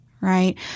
right